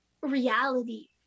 reality